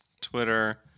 Twitter